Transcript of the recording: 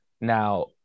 now